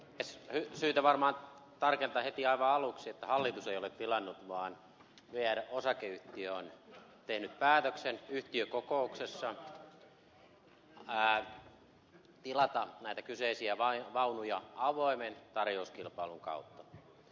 on syytä varmaan tarkentaa heti aivan aluksi että hallitus ei ole tilannut vaan vr osakeyhtiö on tehnyt päätöksen yhtiökokouksessa tilata näitä kyseisiä vaunuja avoimen tarjouskilpailun kautta